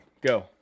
go